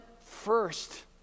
first